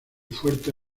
fuerte